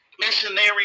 Missionary